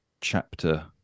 chapter